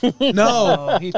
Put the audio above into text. No